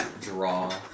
draw